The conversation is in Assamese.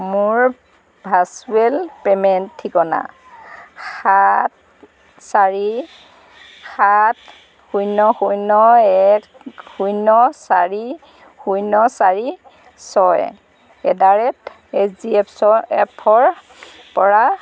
মোৰ ভাৰ্ছুৱেল পে'মেণ্ট ঠিকনা সাত চাৰি সাত শূন্য শূন্য এক শূন্য চাৰি শূন্য চাৰি ছয় at the rate H D এফচৰ এফ ৰ পৰা